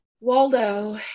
Waldo